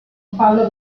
pablo